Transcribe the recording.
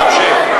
להמשיך.